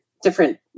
different